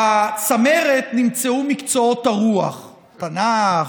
בצמרת נמצאו מקצועות הרוח, תנ"ך,